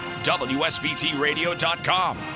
wsbtradio.com